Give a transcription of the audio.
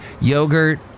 Yogurt